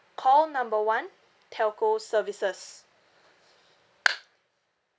call number one telco services